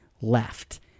left